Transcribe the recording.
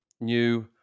new